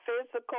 physical